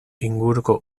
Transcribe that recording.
inguruko